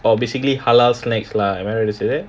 oh basically halal snacks lah am I right to say that